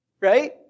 Right